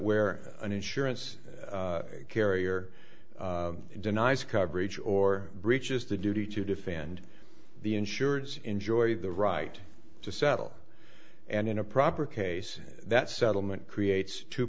where an insurance carrier denies coverage or breaches the duty to defend the insured enjoyed the right to settle and in a proper case that settlement creates t